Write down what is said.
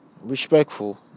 Respectful